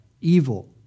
evil